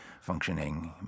functioning